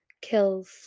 kills